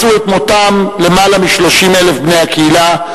מצאו את מותם למעלה מ-30,000 בני הקהילה,